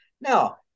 Now